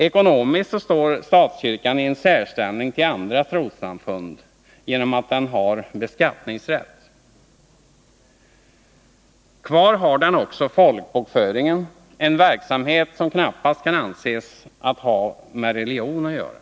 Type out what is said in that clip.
Ekonomiskt står statskyrkan i en särställning till andra trossamfund genom att den har beskattningsrätt. Den har också kvar folkbokföringen, en verksamhet som knappast kan anses ha med religion att göra.